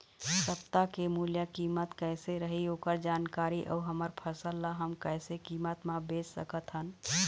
सप्ता के मूल्य कीमत कैसे रही ओकर जानकारी अऊ हमर फसल ला हम कैसे कीमत मा बेच सकत हन?